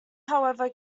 however